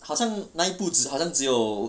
好像那部只好像只有